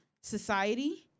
society